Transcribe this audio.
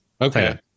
okay